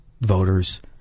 voters